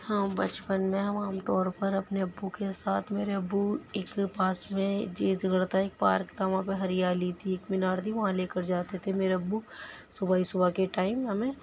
ہاں بچپن میں ہم عام طور پر اپنے ابو کے ساتھ میرے ابو ایک پاس میں ایک جیت گڑھ تھا ایک پارک تھا وہاں پہ ہریالی تھی ایک مینار تھی وہاں لے کر جاتے تھے میرے ابو صُبح ہی صُبح کے ٹائم ہمیں